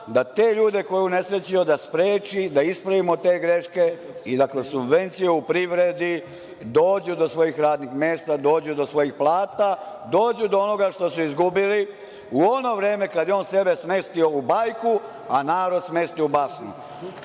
da te ljude koje je unesrećio, da spreči da ispravimo te greške i da kroz subvenciju u privredi dođu do svojih radnih mesta, dođu do svojih plata, dođu do onoga što su izgubili u ono vreme kada je on sebe smestio u bajku, a narod smestio u